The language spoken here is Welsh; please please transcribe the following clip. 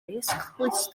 clustdlws